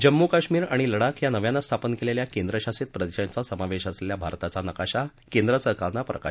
जम्मू काश्मीर आणि लडाख या नव्यानं स्थापन केलेल्या केंद्रशासित प्रदेशांचा समावेश असलेल्या भारताचा नकाशा केंद्र सरकारनं प्रकाशित केला आहे